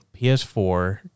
PS4